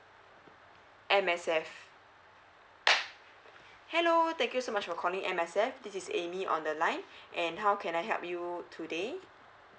M_S_F hello thank you so much for calling M_S_F this is amy on the line and how can I help you today